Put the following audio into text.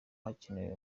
hakenewe